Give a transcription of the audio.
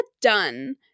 done